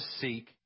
seek